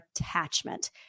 attachment